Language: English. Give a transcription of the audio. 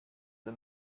the